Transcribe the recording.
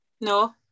No